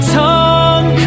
tongue